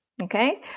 Okay